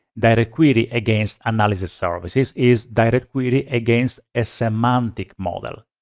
directquery against analysis services is directquery against a semantic model.